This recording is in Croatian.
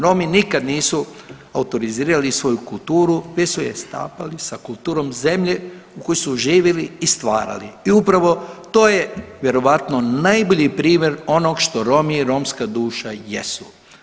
Romi nikad nisu autorizirali svoju kulturu već su je stapali sa kulturom zemlje u kojoj su živjeli i stvarali i upravo to je vjerojatno najbolji primjer onog što Romi i romska duša jesu.